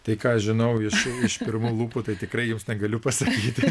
tai ką aš žinau iš iš pirmų lūpų tai tikrai jums negaliu pasakyti